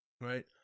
Right